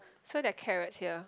so there are carrots here